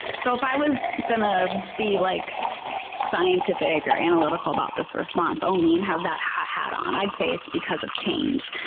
so if i was going to ah be like scientific or analytical about this response only and have that hat on, i'd say it's because of change.